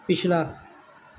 ਪਿਛਲਾ